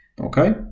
okay